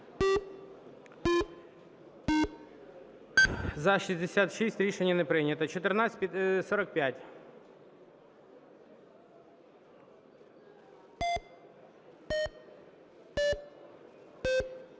За-66 Рішення не прийнято. 1445.